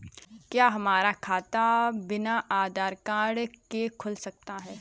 क्या हमारा खाता बिना आधार कार्ड के खुल सकता है?